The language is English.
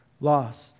lost